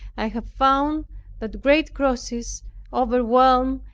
i have found that great crosses overwhelm,